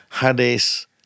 Hades